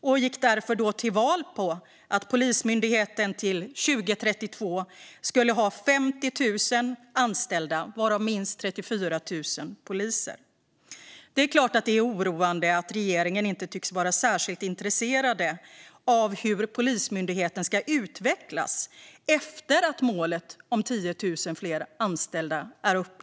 Vi gick därför till val på att Polismyndigheten till 2032 ska ha 50 000 anställda, varav minst 34 000 poliser. Det är klart att det är oroande att regeringen inte tycks vara särskilt intresserad av hur Polismyndigheten ska utvecklas efter att målet om 10 000 fler anställda är uppnått.